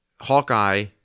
Hawkeye